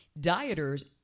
Dieters